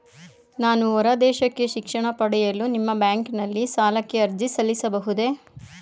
ನಾನು ಹೊರದೇಶಕ್ಕೆ ಶಿಕ್ಷಣ ಪಡೆಯಲು ನಿಮ್ಮ ಬ್ಯಾಂಕಿನಲ್ಲಿ ಸಾಲಕ್ಕೆ ಅರ್ಜಿ ಸಲ್ಲಿಸಬಹುದೇ?